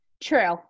True